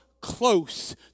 close